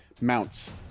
mounts